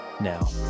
now